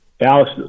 Alex